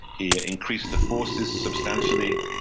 he increased the forces substantially,